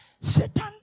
Satan